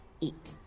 eat